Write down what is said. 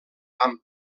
amb